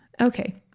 Okay